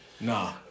Nah